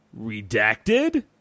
Redacted